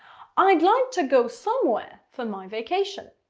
i'd like to go somewhere for my vacation